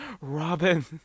Robin